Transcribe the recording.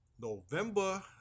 november